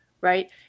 Right